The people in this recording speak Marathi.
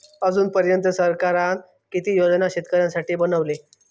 अजून पर्यंत सरकारान किती योजना शेतकऱ्यांसाठी बनवले?